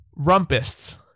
Rumpists